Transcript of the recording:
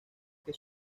que